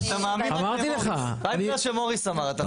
אתה מאמין למוריס, רק בגלל שמוריס אמר אתה מאמין.